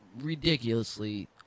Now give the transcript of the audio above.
ridiculously